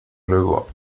luego